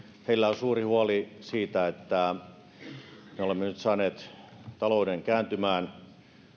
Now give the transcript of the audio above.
heillä on suuri huoli siitä että vaikka me olemme nyt saaneet talouden kääntymään